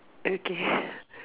okay